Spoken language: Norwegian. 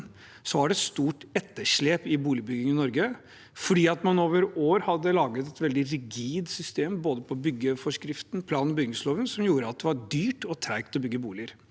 var det et stort etterslep i boligbyggingen i Norge fordi man over år hadde laget et veldig rigid system, både med byggeforskriften og med plan- og bygningsloven, som gjorde at det var dyrt og gikk tregt å bygge boliger.